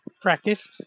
practice